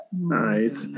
right